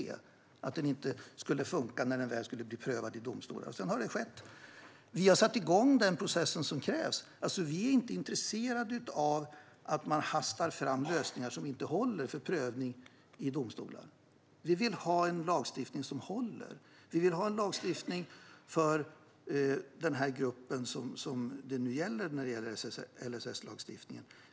Vi visste att den inte skulle funka när den väl skulle bli prövad i domstolar. Sedan har just det skett. Vi har satt igång den process som krävs. Vi är inte intresserade av att man hastar fram lösningar som inte håller för prövning i domstolar. Vi vill ha en lagstiftning för den här gruppen när det gäller LSS.